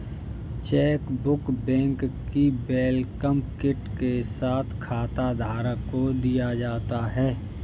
chequebook bank की welcome kit के साथ खाताधारक को दिया जाता है